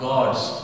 God's